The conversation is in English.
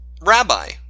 Rabbi